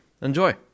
Enjoy